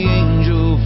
angel